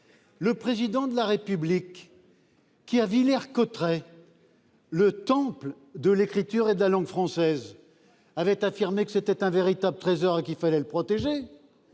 Le président de la République. Qui à Villers-Cotterêts. Le temple de l'écriture et de la langue française avait affirmé que c'était un véritable trésor qu'il fallait le protéger.